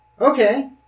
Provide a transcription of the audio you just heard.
Okay